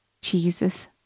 Jesus